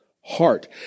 heart